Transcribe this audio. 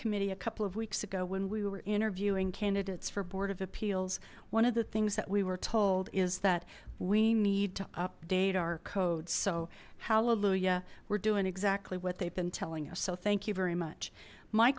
committee a couple of weeks ago when we were interviewing candidates for board of appeals one of the things that we were told is that we need to update our codes so hallelujah were doing exactly what they've been telling us so thank you very much my